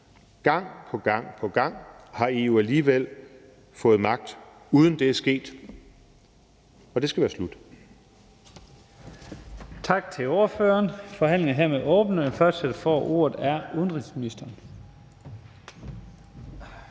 Gang på gang på gang har EU alligevel fået magt, uden at det er sket, og det skal være slut.